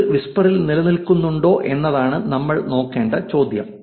ഇത് വിസ്പറിൽ നിലനിൽക്കുന്നുണ്ടോ എന്നതാണ് നമ്മൾ നോക്കേണ്ട ചോദ്യം